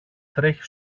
τρέχει